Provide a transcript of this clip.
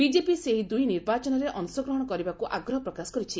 BJP ସେହି ଦୁଇ ନିର୍ବାଚନରେ ଅଂଶ ଗ୍ରହଣ କରିବାକୁ ଆଗ୍ରହ ପ୍ରକାଶ କରିଛି